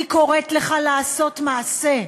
אני קוראת לך לעשות מעשה.